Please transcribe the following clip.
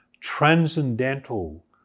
transcendental